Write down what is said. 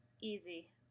easy